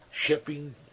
Shipping